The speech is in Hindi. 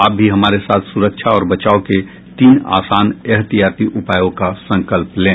आप भी हमारे साथ सुरक्षा और बचाव के तीन आसान एहतियाती उपायों का संकल्प लें